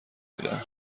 میدن